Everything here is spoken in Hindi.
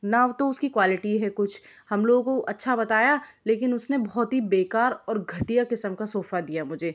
ना तो उसकी क्वालिटी है कुछ हम लोगों को अच्छा बताया लेकिन उसने बहुत ही बेकार और घटिया किस्म का सोफ़ा दिया मुझे